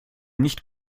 nicht